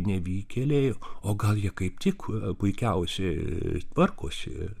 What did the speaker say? nevykėliai o gal jie kaip tik puikiausiai tvarkosi